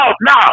no